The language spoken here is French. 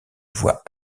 voix